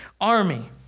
army